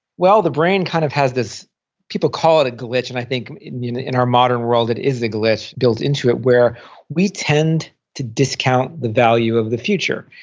well, the brain kind of has this people call it a glitch and i think in in our modern world, it is a glitch built into it where we tend to discount the value of the future.